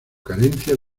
carencia